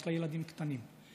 יש לה ילדים קטנים.